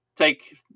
take